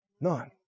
None